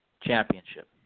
championship